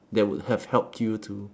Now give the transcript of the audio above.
that would have helped you to